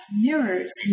mirrors